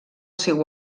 seu